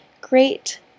Great